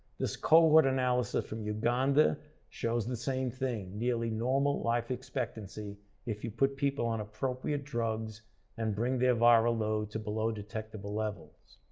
this cohort analysis from uganda shows the same thing, nearly normal life expectancy if you put people on appropriate drugs and bring their viral load to below detectable levels.